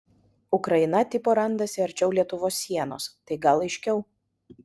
ukraina tipo randasi arčiau lietuvos sienos tai gal aiškiau